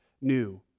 new